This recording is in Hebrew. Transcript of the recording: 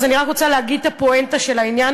אז אני רק רוצה להגיד את הפואנטה של העניין,